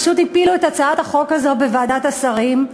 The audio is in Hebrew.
פשוט הפילו את הצעת החוק הזאת בוועדת השרים.